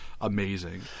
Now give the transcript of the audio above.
Amazing